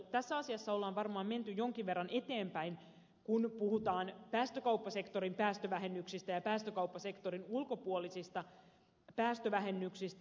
tässä asiassa on varmaan menty jonkin verran eteenpäin kun puhutaan päästökauppasektorin päästövähennyksistä ja päästökauppasektorin ulkopuolisista päästövähennyksistä